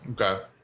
Okay